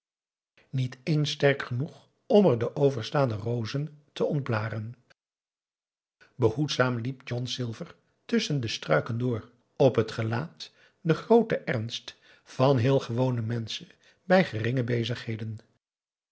niet eens sterk genoeg om er de overstaande rozen te ontblaren behoedzaam liep john silver tusschen de struiken door op het gelaat den grooten ernst van heel gewone menschen bij geringe bezigheden